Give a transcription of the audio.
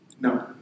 No